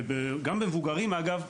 וגם במבוגרים אגב,